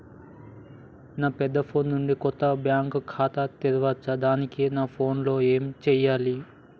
నా పెద్ద ఫోన్ నుండి కొత్త బ్యాంక్ ఖాతా తెరవచ్చా? దానికి నా ఫోన్ లో ఏం చేయాలి?